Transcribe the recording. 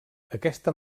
aquesta